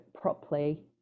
properly